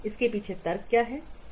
इसके पीछे तर्क क्या है